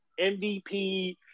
MVP